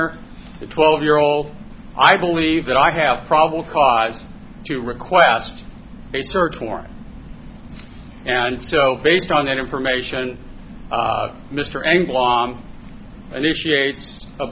a twelve year old i believe that i have probable cause to request a search warrant and so based on that information mr anglong initiate a